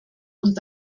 und